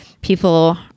People